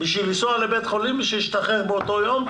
בשביל לנסוע לבית חולים, בשביל להשתחרר באותו יום.